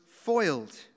foiled